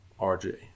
RJ